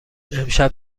امشب